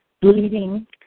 bleeding